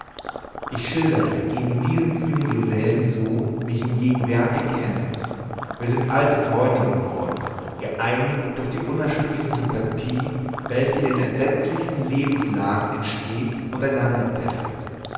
ich schildere eben diesen kühnen gesellen so wie ich ihn gegenwärtig kenne wir sind alte freunde geworden geeinigt durch die unerschütterliche sympathie welche in den entsetzlichsten lebenslagen entsteht und aneinander fesselt